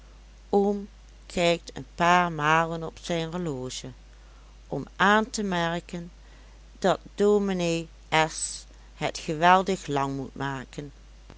oom kijkt een paar malen op zijn horloge om aan te merken dat ds s het geweldig lang moet maken